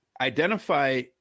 identify